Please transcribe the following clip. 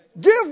Give